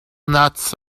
nuts